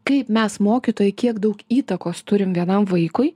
kaip mes mokytojai kiek daug įtakos turim vienam vaikui